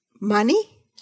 money